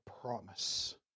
promise